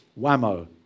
Whammo